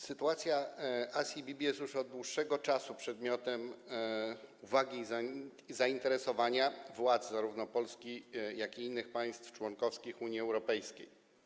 Sytuacja Asi Bibi jest już od dłuższego czasu przedmiotem uwagi i zainteresowania władz zarówno polskich, jak i innych państw członkowskich Unii Europejskiej.